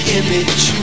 image